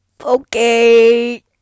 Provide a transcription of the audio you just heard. Okay